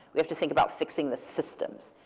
we have to think about fixing the systems.